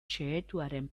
xehatuaren